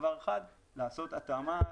וגם לעשות התאמה.